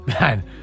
Man